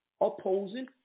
opposing